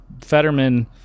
Fetterman